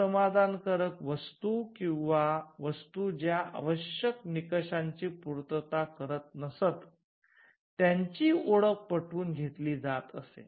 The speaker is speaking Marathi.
असमाधानकारक वस्तू किंवा वस्तू ज्या आवश्यक निकषांची पूर्तता करत नसत त्यांची ओळख पटवून घेतली जात असे